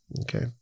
okay